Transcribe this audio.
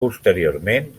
posteriorment